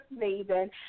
Maven